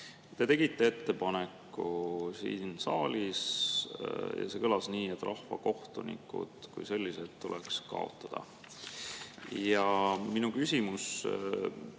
Te tegite ettepaneku siin saalis ja see kõlas nii, et rahvakohtunikud kui sellised tuleks kaotada. Ja minu küsimus